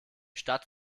stadt